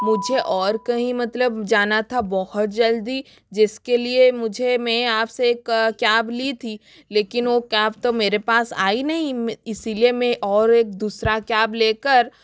मुझे और कहीं मतलब जाना था बहुत जल्दी जिस के लिए मुझे मैं आप से कैब ली थी लेकिन वो कैब तो मेरे पास आई नहीं इस लिए मैं और एक दूसरा कैब लेकर